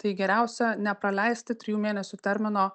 tai geriausia nepraleisti trijų mėnesių termino